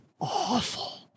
awful